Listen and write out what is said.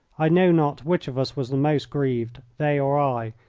i know not which of us was the most grieved, they or i,